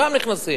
גם נכנסים,